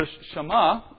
Shema